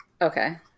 Okay